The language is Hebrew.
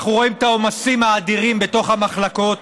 אנחנו רואים את העומסים האדירים בתוך המחלקות,